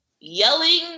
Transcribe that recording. yelling